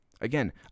Again